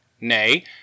Nay